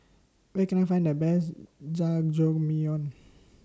Where Can I Find The Best Jajangmyeon